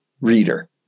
reader